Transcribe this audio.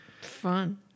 Fun